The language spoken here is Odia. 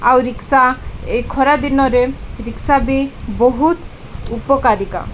ଆଉ ରିକ୍ସା ଏ ଖରା ଦିନରେ ରିକ୍ସା ବି ବହୁତ ଉପକାରକ